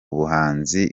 buhanzi